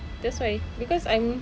that's why because I'm